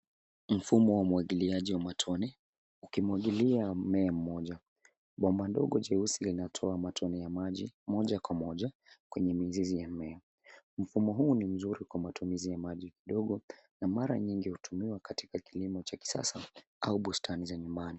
Mfumo wa umwagiliaji wa matone ukimwagilia mmea mmoja. Bomba ndogo jeusi linatoa matone ya maji moja kwa moja kwenye mzizi wa mmea. Mfumo huu ni mzuri kwa matumizi ya maji kidogo na mara nyingi hutumiwa katika kilimo cha kisasa au bustani za nyumbani.